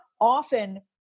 often